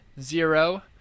zero